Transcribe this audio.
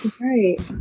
right